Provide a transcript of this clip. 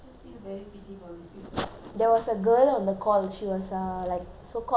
there was a girl on the call she was uh like so called an ex-intern